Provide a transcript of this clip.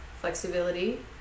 flexibility